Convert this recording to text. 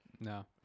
No